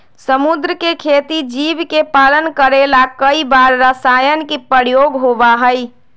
समुद्र के खेती जीव के पालन करे ला कई बार रसायन के प्रयोग होबा हई